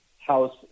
House